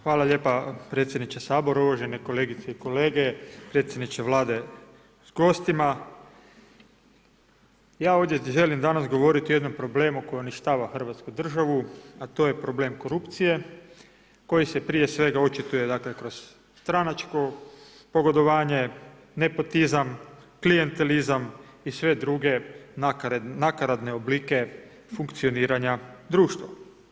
Hvala lijepo predsjedniče Sabora, uvažene kolegice i kolege, predsjedniče Vlade s gostima, ja ovdje želim danas govoriti o jednom problemu koji uništava Hrvatsku državu, a to je problem korupcije, koji se prije svega očituje kroz stranačko pogodovanje, nepotizam, klijentizam i sve druge nakaradne oblike funkcioniranja društva.